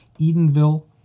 Edenville